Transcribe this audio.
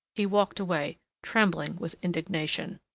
he walked away, trembling with indignation.